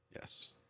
Yes